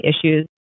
issues